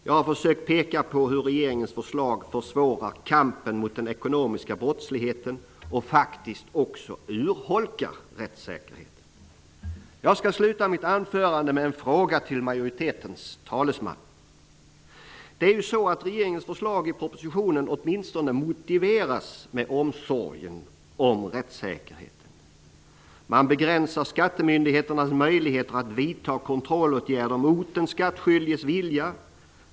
Jag har försökt peka på hur regeringens förslag försvårar kampen mot den ekonomiska brottsligheten och hur den faktiskt också urholkar rättssäkerheten. Jag skall sluta mitt anförande med en fråga till majoritetens talesman. Regeringens förslag i propositionen motiveras, åtminstone, med omsorgen om rättssäkerheten. Man begränsar skattemyndigheternas möjligheter att vidta kontrollåtgärder mot den skattskyldiges vilja.